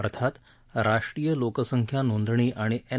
अर्थात राष्ट्रीय लोकसंख्या नोंदणी आणि एन